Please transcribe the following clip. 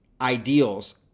ideals